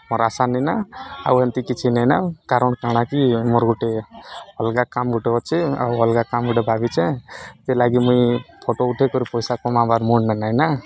ମୋର୍ ଆଶା ନିି ନା ଆଉ ଏନ୍ତି କିଛି ନାଇଁନା କାରଣ୍ କାଣା କି ମୋର୍ ଗୁଟେ ଅଲ୍ଗା କାମ୍ ଗୁଟେ ଅଛେ ଆଉ ଅଲ୍ଗା କାମ୍ ଗୁଟେ ଭାବିଚେଁ ସେଥିର୍ଲାଗି ମୁଇଁ ଫଟୋ ଉଠେଇ କରି ପଇସା କମାବାର ମୁଡ଼୍ନେ ନାଇଁନା